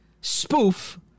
spoof